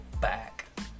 back